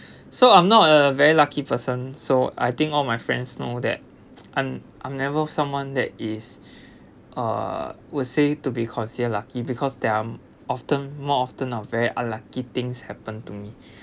so I'm not a very lucky person so I think all my friends know that I'm I'm never someone that is uh will say to be considered lucky because there're often more often of very unlucky things happen to me